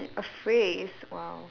a phrase !wow!